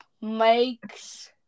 Makes